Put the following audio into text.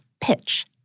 pitch